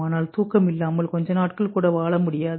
ஆனால் தூக்கம் இல்லாமல்கொஞ்ச நாட்கள் கூட வாழ முடியாது